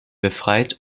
befreit